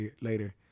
later